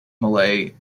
malay